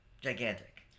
gigantic